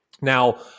Now